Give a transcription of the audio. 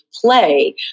play